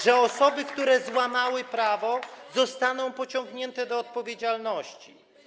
że osoby, które złamały prawo, zostaną pociągnięte do odpowiedzialności.